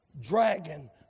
dragon